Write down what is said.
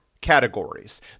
categories